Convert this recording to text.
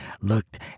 looked